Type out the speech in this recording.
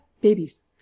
babies